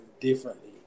differently